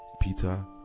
Peter